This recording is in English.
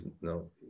no